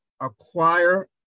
acquire